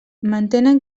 mantenen